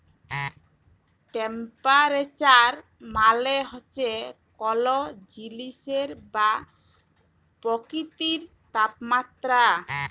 temperature মালে হছে কল জিলিসের বা পকিতির তাপমাত্রা